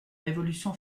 révolution